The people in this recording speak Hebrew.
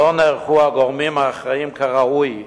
לא נערכו הגורמים האחראים כראוי.